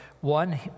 one